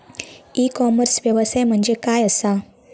E commerce व्यवसाय म्हणजे काय असा?